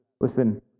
listen